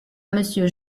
monsieur